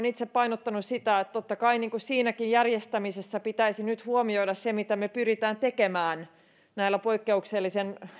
itse painottanut sitä että totta kai siinäkin järjestämisessä pitäisi nyt huomioida se mitä me pyrimme tekemään näillä poikkeuksellisen